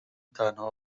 تنها